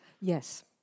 Yes